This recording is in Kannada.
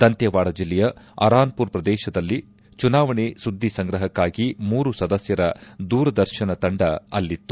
ದಂತೇವಾಡ ಜಿಲ್ಲೆಯ ಅರಾನ್ಪುರ್ ಪ್ರದೇಶದಲ್ಲಿ ಚುನಾವಣೆ ಸುದ್ದಿಸಂಗ್ರಹಕ್ಕಾಗಿ ಮೂರು ಸದಸ್ಕರ ದೂರರ್ತನ ತಂಡ ಅಳ್ಲಿತ್ತು